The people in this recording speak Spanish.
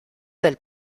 del